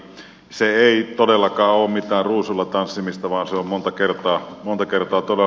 se ei todellakaan ole mitään ruusuilla tanssimista vaan se on monta kertaa todella ankea